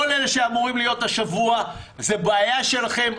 לכל אלה שאמורים להתחתן השבוע להגיד: זו בעיה שלכם,